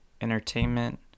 entertainment